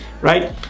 right